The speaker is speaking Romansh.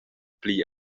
pli